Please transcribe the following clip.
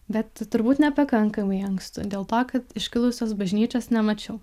bet turbūt nepakankamai ankstų dėl to kad iškilusios bažnyčios nemačiau